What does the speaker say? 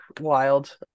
wild